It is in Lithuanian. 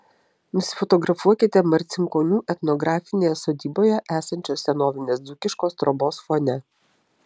nusifotografuokite marcinkonių etnografinėje sodyboje esančios senovinės dzūkiškos trobos fone